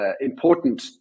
important